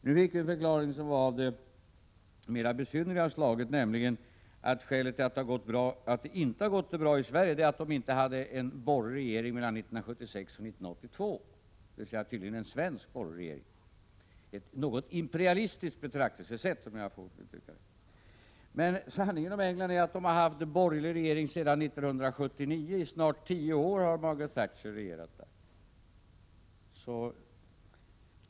Nu fick vi en förklaring av det mera besynnerliga slaget, nämligen att skälet till att det inte hade gått så bra är att de inte hade en borgerlig regering åren 1976-1982, dvs. tydligen en svensk borgerlig regering — ett något imperialistiskt betraktelsesätt, om jag så får uttrycka det. Sanningen om England är att man har haft borgerlig regering där sedan 1979. I snart 10 år har Margaret Thatcher regerat.